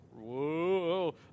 whoa